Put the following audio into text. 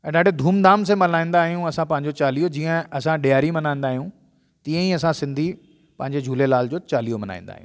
ऐं ॾाढे धूम धाम से मल्हाईंदा आहियूं असां चालीहो जीअं असां ॾियारी मल्हाईंदा आहियूं तीअं ई असां सिंधी पंहिंजे झूलेलाल जो चालीहो मल्हाईंदा आहियूं